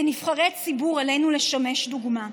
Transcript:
כנבחרי ציבור עלינו לשמש דוגמה,